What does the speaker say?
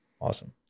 Awesome